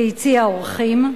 ביציע האורחים.